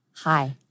Hi